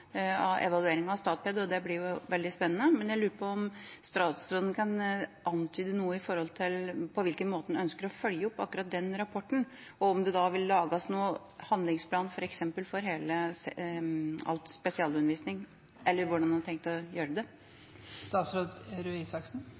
om statsråden kan antyde noe om hvilken måte han ønsker å følge opp akkurat den rapporten på, og om det da f.eks. vil lages noen handlingsplan for spesialundervisning – eller hvordan han har tenkt å gjøre